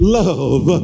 love